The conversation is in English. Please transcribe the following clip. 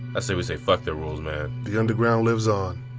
i say we say fuck their rules man, the underground lives on.